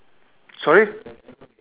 sorry